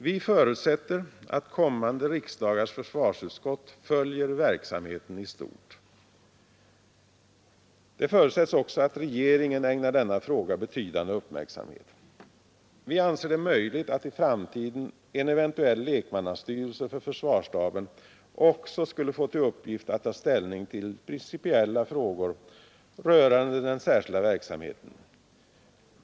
Vi förutsätter att kommande riksdagars försvarsutskott följer verksamheten i stort. Det förutsättes också att regeringen ägnar denna fråga betydande uppmärksamhet. Vi anser det möjligt att i framtiden en eventuell lekmannstyrelse för försvarsstaben också skulle få till uppgift att ta ställning till principiella frågor rörande den särskilda verksamheten.